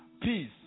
Peace